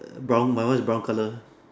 err brown my one is brown colour